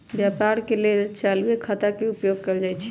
व्यापार के लेल चालूये खता के उपयोग कएल जाइ छइ